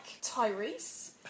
Tyrese